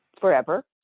forever